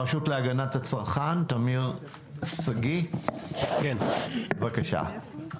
הרשות להגנת הצרכן, תמיר שגיא, בבקשה.